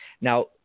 Now